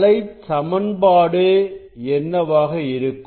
அலை சமன்பாடு என்னவாக இருக்கும்